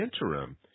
interim